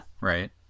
right